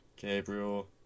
Gabriel